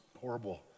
horrible